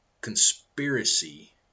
conspiracy